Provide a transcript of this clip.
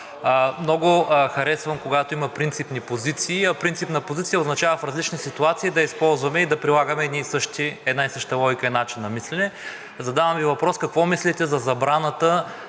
Много харесвам, когато има принципни позиции, а принципна позиция означава в различни ситуации да използваме и да прилагаме една и съща логика и начин на мислене. Задавам Ви въпрос: какво мислите за забраната